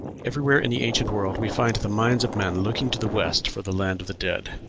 everywhere in the ancient world we find the minds of men looking to the west for the land of the dead.